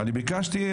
אני ביקשתי.